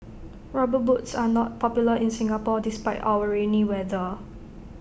rubber boots are not popular in Singapore despite our rainy weather